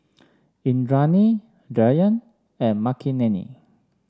Indranee Dhyan and Makineni